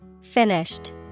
Finished